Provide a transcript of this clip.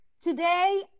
today